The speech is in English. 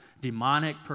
demonic